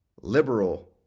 liberal